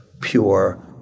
pure